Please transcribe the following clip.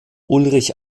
ulrich